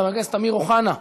חבר הכנסת אמיר אוחנה,